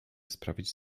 sprawić